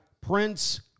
Prince